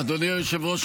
אדוני היושב-ראש,